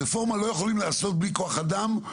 רפורמה לא יכולים לעשות בלי כוח אדם,